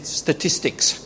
statistics